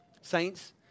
Saints